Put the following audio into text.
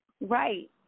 Right